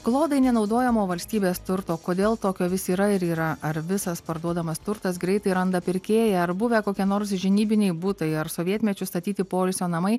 klodai nenaudojamo valstybės turto kodėl tokio vis yra ir yra ar visas parduodamas turtas greitai randa pirkėją ar buvę kokie nors žinybiniai butai ar sovietmečiu statyti poilsio namai